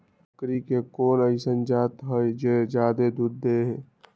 बकरी के कोन अइसन जात हई जे जादे दूध दे?